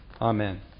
Amen